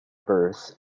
birth